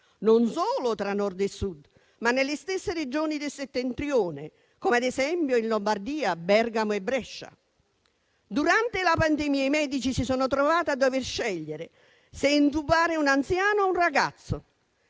non solo tra Nord e Sud, ma nelle stesse Regioni del Settentrione come ad esempio, in Lombardia, Bergamo e Brescia. Durante la pandemia i medici si sono trovati a dover scegliere se intubare un anziano o un ragazzo,